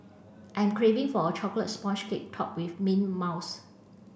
I am craving for a chocolate sponge cake topped with mint mouse